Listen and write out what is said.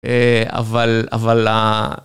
אה... אבל... אבל ה...